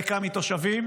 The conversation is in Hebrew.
ריקה מתושבים,